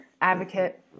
advocate